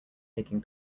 taking